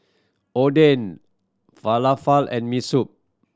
Oden Falafel and Miso Soup